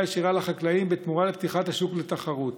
ישירה בחקלאים בתמורה לפתיחת השוק לתחרות.